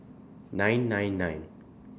nine nine nine